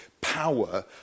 power